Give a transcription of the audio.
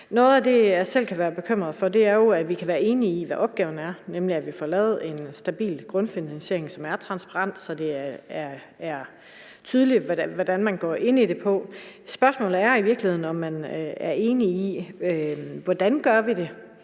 Noget af det, jeg selv kan være bekymret for, er, om vi bliver enige om, hvad opgaven er, nemlig at få lavet en stabil grundfinansiering, som er transparent, så det er tydeligt, hvordan man går ind i det. Spørgsmålet er i virkeligheden, om man er enige om, hvordan vi gør det,